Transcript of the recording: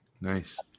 Nice